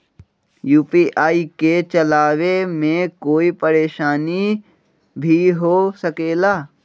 UPI के चलावे मे कोई परेशानी भी हो सकेला?